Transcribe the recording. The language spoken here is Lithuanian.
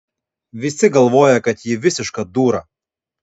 visi galvoja kad ji visiška dūra